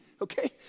okay